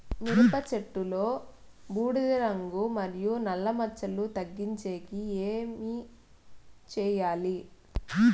మిరప చెట్టులో బూడిద రోగం మరియు నల్ల మచ్చలు తగ్గించేకి ఏమి చేయాలి?